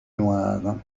noires